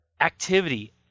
activity